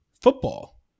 football